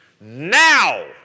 now